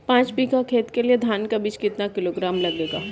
पाँच बीघा खेत के लिये धान का बीज कितना किलोग्राम लगेगा?